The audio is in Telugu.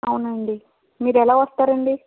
అవునండి మీరు ఎలా వస్తారండి